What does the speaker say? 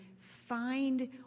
find